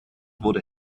wurde